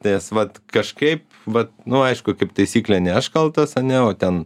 tai vat kažkaip vat nu aišku kaip taisyklė ne aš kaltas ane o ten